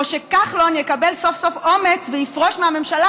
או שכחלון יקבל סוף-סוף אומץ ויפרוש מהממשלה,